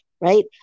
right